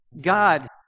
God